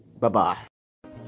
bye-bye